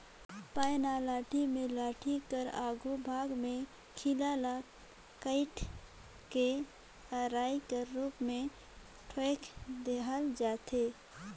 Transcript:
पैना लाठी मे लाठी कर आघु भाग मे खीला ल काएट के अरई कर रूप मे ठोएक देहल जाथे